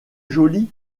jolie